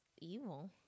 evil